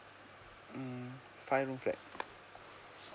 mm five room flat